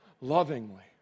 lovingly